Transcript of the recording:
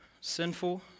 sinful